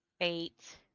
eight